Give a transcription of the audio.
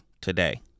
today